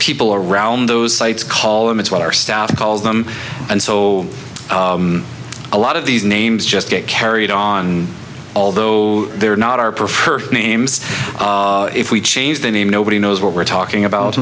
people around those sites call them it's what our staff calls them and so a lot of these names just get carried on although they're not our preferred names if we change the name nobody knows what we're talking about